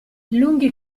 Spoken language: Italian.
lunghi